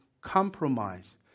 compromise